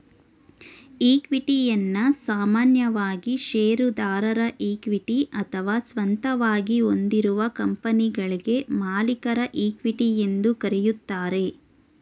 ಇಕ್ವಿಟಿಯನ್ನ ಸಾಮಾನ್ಯವಾಗಿ ಶೇರುದಾರರ ಇಕ್ವಿಟಿ ಅಥವಾ ಸ್ವಂತವಾಗಿ ಹೊಂದಿರುವ ಕಂಪನಿಗಳ್ಗೆ ಮಾಲೀಕರ ಇಕ್ವಿಟಿ ಎಂದು ಕರೆಯುತ್ತಾರೆ